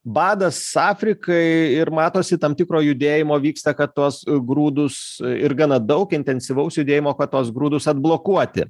badas afrikai ir matosi tam tikro judėjimo vyksta kad tuos grūdus ir gana daug intensyvaus judėjimo kad tuos grūdus atblokuoti